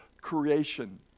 creation